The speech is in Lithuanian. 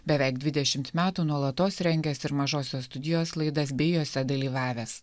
beveik dvidešimt metų nuolatos rengęs ir mažosios studijos laidas bei jose dalyvavęs